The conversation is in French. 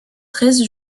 treize